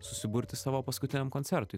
susiburti savo paskutiniam koncertui